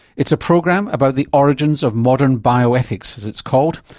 it's a program about the origins of modern bioethics, as it's called,